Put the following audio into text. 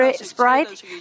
sprite